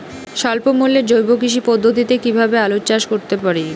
স্বল্প মূল্যে জৈব কৃষি পদ্ধতিতে কীভাবে আলুর চাষ করতে পারি?